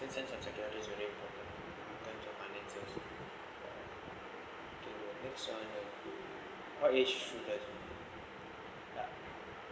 sense of security is very important in terms of finances okay next one what age should